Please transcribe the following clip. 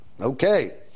Okay